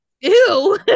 Ew